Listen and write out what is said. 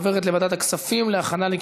לוועדת הכספים נתקבלה.